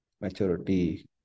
maturity